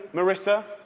marissa,